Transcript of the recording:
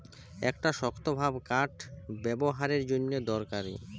একটা শক্তভাব কাঠ ব্যাবোহারের জন্যে দরকারি